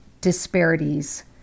disparities